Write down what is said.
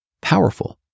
powerful